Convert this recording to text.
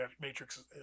matrix